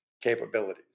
capabilities